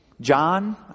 John